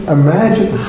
imagine